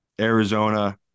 Arizona